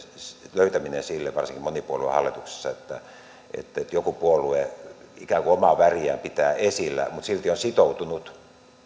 löytäminen varsinkin monipuoluehallituksessa sille että joku puolue ikään kuin omaa väriään pitää esillä mutta silti on sitoutunut